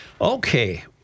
Okay